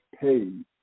paid